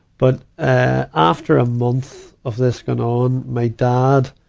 but, ah, after a month of this going on, my dad,